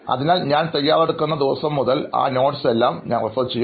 അതിനാൽ ഞാൻ തയ്യാറെടുക്കുന്ന ദിവസം മുതൽ ആ കുറിപ്പുകൾ എല്ലാം ഞാൻ റഫർ ചെയ്യും